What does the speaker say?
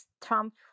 Trump